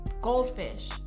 goldfish